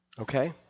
Okay